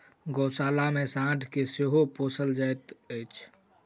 गोशाला मे साँढ़ के सेहो पोसल जाइत छै